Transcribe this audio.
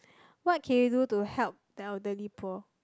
what can you do to help the elderly poor